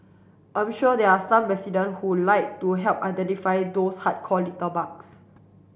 I'm sure there are some resident who like to help identify those hardcore litterbugs